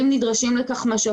התחלנו את הדיון עם שתי